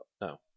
No